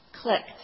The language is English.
clicked